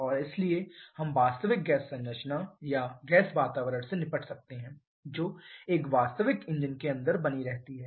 और इसलिए हम वास्तविक गैस संरचना या गैस वातावरण से निपट सकते हैं जो एक वास्तविक इंजन के अंदर बनी रहती है